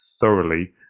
thoroughly